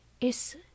Is